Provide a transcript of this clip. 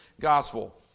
gospel